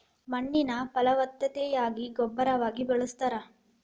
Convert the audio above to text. ಮಣ್ಣಿನ ಫಲವತ್ತತೆಗಾಗಿ ಗೊಬ್ಬರವಾಗಿ ಬಳಸ್ತಾರ